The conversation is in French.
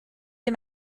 les